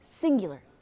singular